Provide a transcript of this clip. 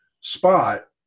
spot